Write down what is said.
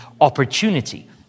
opportunity